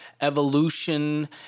evolution